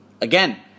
Again